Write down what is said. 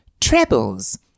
trebles